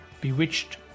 Bewitched